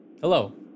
Hello